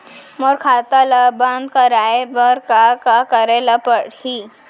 मोर खाता ल बन्द कराये बर का का करे ल पड़ही?